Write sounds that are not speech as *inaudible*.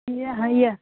*unintelligible*